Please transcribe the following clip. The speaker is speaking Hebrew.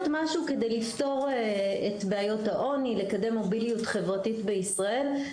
משהו כדי לפתור את בעיות העוני ולקדם מוביליות חברתית בישראל.